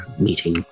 meeting